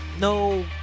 no